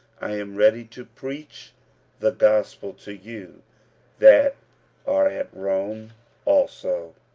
i am ready to preach the gospel to you that are at rome also.